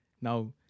Now